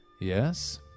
Yes